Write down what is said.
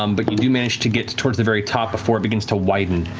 um but you do manage to get towards the very top before it begins to widen,